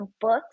books